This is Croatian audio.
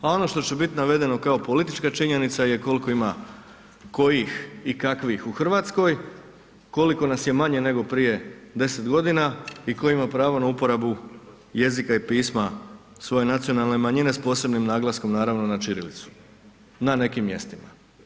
A ono što će biti navedeno kao politička činjenica je koliko ima kojih i kakvih u Hrvatskoj, koliko nas je manje nego prije 10 godina i tko ima pravo na uporabu jezika i pisma svoje nacionalne manjine s posebnim naglaskom naravno na ćirilicu na nekim mjestima.